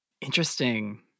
Interesting